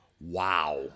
wow